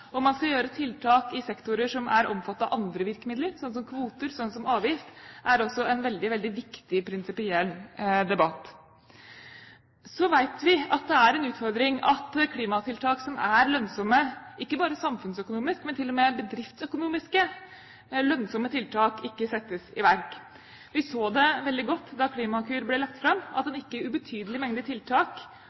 Om man skal gjøre tiltak i sektorer som er omfattet av andre virkemidler, slik som kvoter og avgifter, er også en veldig viktig prinsipiell debatt. Så vet vi at det er en utfordring at klimatiltak som er lønnsomme, ikke bare samfunnsøkonomisk, men til og med bedriftsøkonomisk lønnsomme, ikke settes i verk. Vi så det veldig godt da Klimakur ble lagt fram, at en ikke ubetydelig mengde tiltak